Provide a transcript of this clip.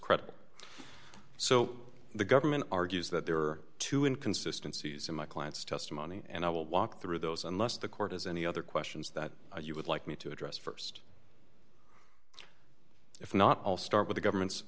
credible so the government argues that there are two inconsistency is in my client's testimony and i will walk through those unless the court has any other questions that you would like me to address st if not i'll start with the government's